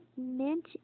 mint